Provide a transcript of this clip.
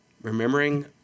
Remembering